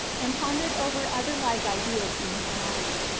and pondered over other like ideas in his mind.